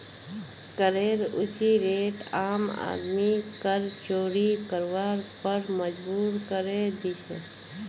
करेर ऊँची रेट आम आदमीक कर चोरी करवार पर मजबूर करे दी छे